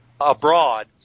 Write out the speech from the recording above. abroad